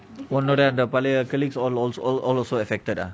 உன்னோடியா பழைய:unodiya palaya colleagues all all all all also affected ah